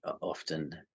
often